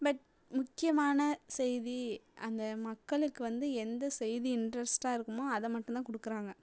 but முக்கியமான செய்தி அந்த மக்களுக்கு வந்து எந்த செய்தி இன்ட்ரெஸ்ட்டாக இருக்குமோ அதை மட்டும் தான் கொடுக்குறாங்க